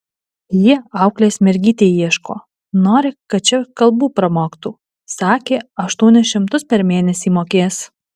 jie auklės mergytei ieško nori kad ši kalbų pramoktų sakė aštuonis šimtus per mėnesį mokės